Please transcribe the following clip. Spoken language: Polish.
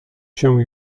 się